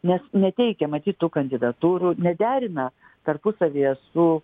nes neteikia matyt tų kandidatūrų nederina tarpusavyje su